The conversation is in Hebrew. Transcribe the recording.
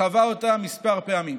חווה אותה כמה פעמים.